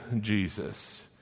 Jesus